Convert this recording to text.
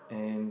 and